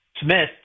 Smith